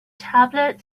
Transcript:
tablet